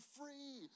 free